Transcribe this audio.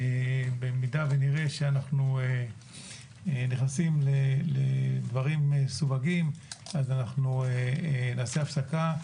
במידה שנראה שאנחנו נכנסים לדברים מסווגים אנחנו נעשה הפסקה,